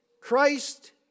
Christ